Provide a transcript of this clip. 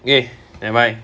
okay never mind